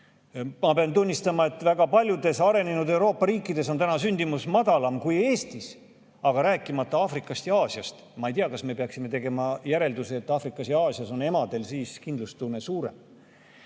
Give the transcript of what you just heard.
Ma pean tunnistama, et väga paljudes arenenud Euroopa riikides on sündimus madalam kui Eestis. Aga rääkimata Aafrikast ja Aasiast? Ma ei tea, kas me peaksime tegema järelduse, et Aafrikas ja Aasias on emadel kindlustunne suurem.